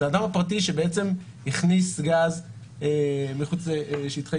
זה האדם הפרטי שבעצם הכניס גז מחוץ לשטחי